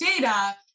data